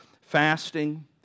fasting